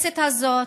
בכנסת הזאת,